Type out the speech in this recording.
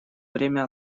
время